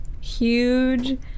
huge